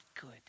good